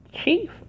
chief